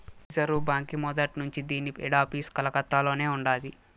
reserve బాంకీ మొదట్నుంచీ దీన్ని హెడాపీసు కలకత్తలోనే ఉండాది